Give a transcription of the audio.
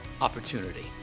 opportunity